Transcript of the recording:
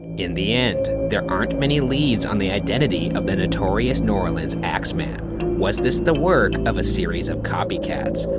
in the end, there aren't many leads on the identity of the notorious new orleans axeman. was this the work of a series of copycats,